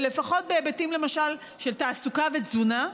לפחות בהיבטים למשל של תעסוקה ותזונה,